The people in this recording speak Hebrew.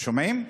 שומעים?